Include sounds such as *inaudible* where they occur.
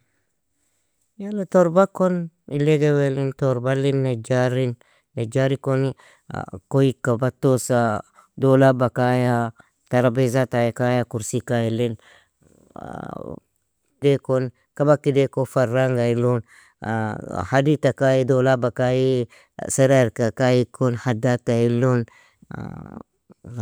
Yala torba kon ileag ewealin, torbalinn, nejarin, najari kon koika batosa dolaba kaya, tarabezata kaya, kursig kayilin, *hesitation* kabaka edai kon farranga ilon, *hesitation* hadita kay dolaba kayi sarairka kay kon haddata ilon.